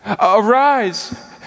Arise